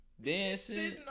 Dancing